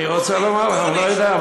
אני רוצה לומר לך: אני לא יודע.